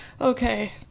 okay